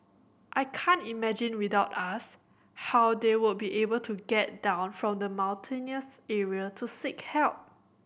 I can't imagine without us how they would be able to get down from the mountainous area to seek help